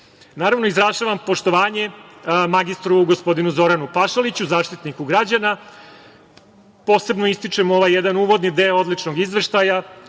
izražavam poštovanje magistru gospodinu Zoranu Pašaliću, Zaštitniku građana. Posebno ističem ovaj jedan uvodni deo odličnog izveštaja: